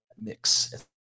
mix